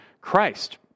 Christ